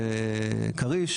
וכריש,